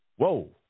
Whoa